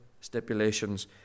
stipulations